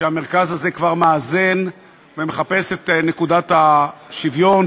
כשהמרכז הזה כבר מאזן ומחפש את נקודת השוויון,